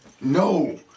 No